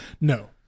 No